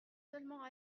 seulement